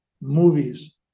movies